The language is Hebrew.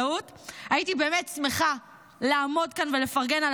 הייתי באמת שמחה לעמוד כאן ולפרגן על